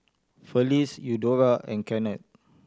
Felice Eudora and Kennard